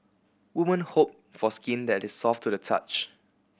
women hope for skin that is soft to the touch